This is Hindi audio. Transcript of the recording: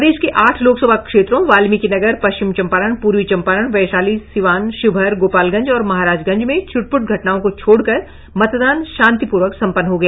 प्रदेश के आठ लोकसभा क्षेत्रों वाल्मीकिनगर पश्चिम चंपारण पूर्वी चंपारण वैशाली सिवान शिवहर गोपालगंज और महाराजगंज में छिटपूट घटनाओं को छोड़कर मतदान शांतिपूर्वक सम्पन्न हो गया